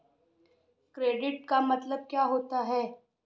Credit का मतलब क्या होता है?